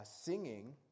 Singing